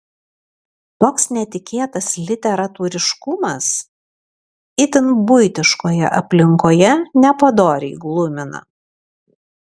toks netikėtas literatūriškumas itin buitiškoje aplinkoje nepadoriai glumina